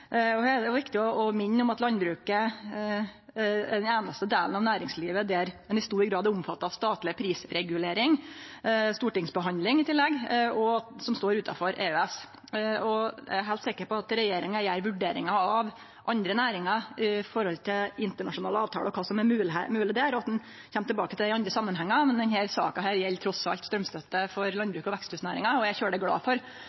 viktig å minne om at landbruket er den einaste delen av næringslivet der ein i stor grad er omfatta av statleg prisregulering, med stortingsbehandling i tillegg, og som står utanfor EØS. Eg er heilt sikker på at regjeringa gjer vurderingar av andre næringar opp mot internasjonale avtalar og kva som er mogleg der, og at ein kjem tilbake til det i andre samanhengar. Men denne saka gjeld trass i alt straumstøtte for landbruket og veksthusnæringa. Eg er særs glad for